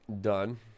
done